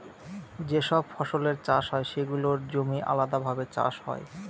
যে সব ফসলের চাষ হয় সেগুলোর জমি আলাদাভাবে চাষ হয়